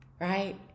right